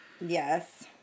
Yes